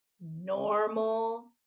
normal